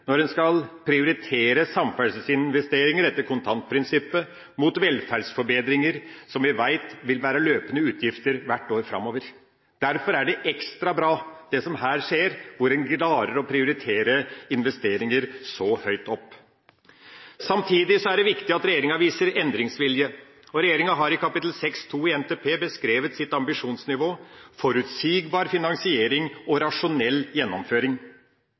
når en skal prioritere samferdselsinvesteringer etter kontantprinsippet opp mot velferdsforbedringer, som vi vet vil være løpende utgifter hvert år framover. Derfor er det ekstra bra det som her skjer, hvor en klarer å prioritere investeringer så høyt opp. Samtidig er det viktig at regjeringa viser endringsvilje. Regjeringa har i kapittel 6.2 i NTP beskrevet sitt ambisjonsnivå: forutsigbar finansiering og rasjonell gjennomføring.